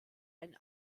einen